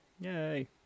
Yay